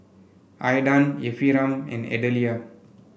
Aydan Ephriam and Adelia